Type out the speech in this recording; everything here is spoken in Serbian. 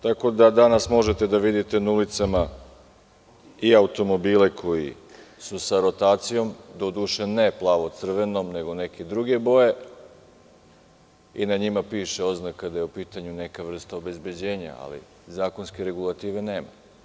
Danas možete da vidite na ulicama i automobile koji su sa rotacijom, doduše ne plavo-crvenom nego neke druge boje i na njima piše oznaka da je u pitanju neka vrsta obezbeđenja, ali zakonske regulative nema.